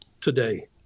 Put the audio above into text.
Today